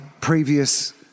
previous